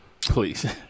Please